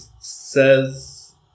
says